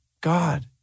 God